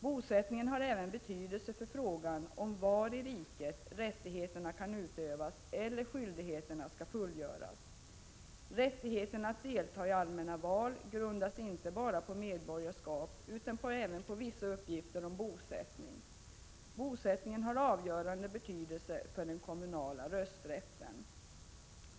Bosättningen har även betydelse för frågan om var i riket rättigheterna kan utövas eller skyldigheterna skall fullgöras. Rättigheten att delta i allmänna val grundas inte bara på medborgarskap utan även på vissa uppgifter om bosättning. Bosättningen har avgörande betydelse för den kommunala rösträtten.